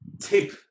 tip